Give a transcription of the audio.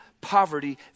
poverty